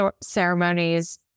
ceremonies